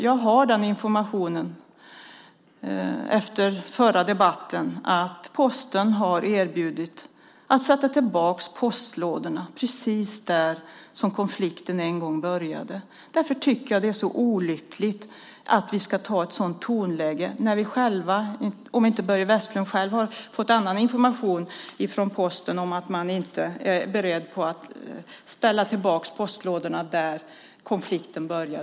Jag har den informationen efter förra debatten att Posten har erbjudit sig att sätta tillbaka postlådorna precis där de var när konflikten började. Därför tycker jag att det är så olyckligt att vi ska ha ett sådant tonläge när vi har fått den här informationen - om inte Börje Vestlund har en annan information från Posten om att man inte är beredd att ställa tillbaka postlådorna där de var när konflikten började.